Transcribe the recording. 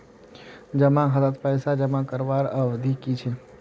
जमा खातात पैसा जमा करवार अवधि की छे?